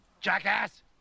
Jackass